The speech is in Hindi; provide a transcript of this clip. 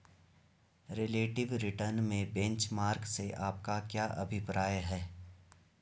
रिलेटिव रिटर्न में बेंचमार्क से आपका क्या अभिप्राय है?